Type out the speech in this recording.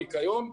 ניקיון,